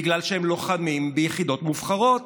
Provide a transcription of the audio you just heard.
בגלל שהם לוחמים ביחידות מובחרות,